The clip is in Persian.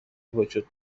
وجود